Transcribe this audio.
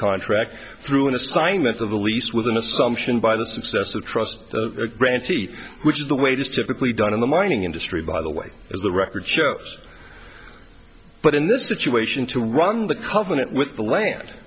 contract through an assignment of the lease with an assumption by the success of trust grantee which is the way it is typically done in the mining industry by the way as the record shows but in this situation to run the covenant with the land